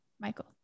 Michael